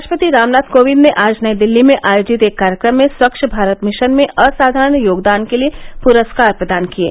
राष्ट्रपति रामनाथ कोविंद ने आज नई दिल्ली में आयोजित एक कार्यक्रम में स्वच्छ भारत मिशन में असाधारण योगदान के लिए पुरस्कार प्रदान किये